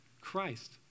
Christ